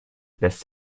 lässt